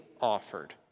offered